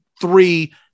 three